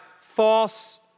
false